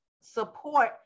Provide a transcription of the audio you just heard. support